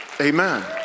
Amen